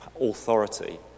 authority